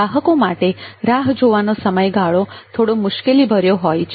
ગ્રાહકો માટે રાહ જોવાનો સમયગાળો થોડો મુશ્કેલી ભર્યો હોય છે